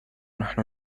نحن